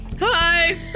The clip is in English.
Hi